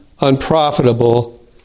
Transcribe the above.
unprofitable